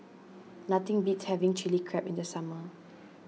nothing beats having Chili Crab in the summer